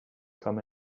come